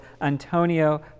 Antonio